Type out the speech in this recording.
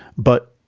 but,